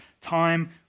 time